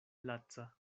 laca